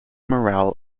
morale